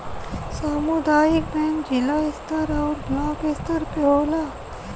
सामुदायिक बैंक जिला स्तर आउर ब्लाक स्तर पे होला